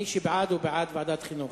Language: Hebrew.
מי שבעד הוא בעד ועדת החינוך,